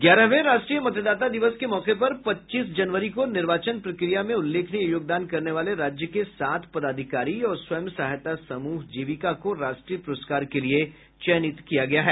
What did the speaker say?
ग्यारहवें राष्ट्रीय मतदाता दिवस के मौके पर पच्चीस जनवरी को निर्वाचन प्रक्रिया में उल्लेखनीय योगदान करने वाले राज्य के सात पदाधिकारी और स्वयं सहायता समूह जीविका को राष्ट्रीय प्रस्कार के लिए चयनित किया गया है